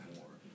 more